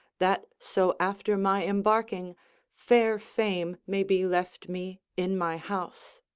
that so after my embarking fair fame may be left me in my house.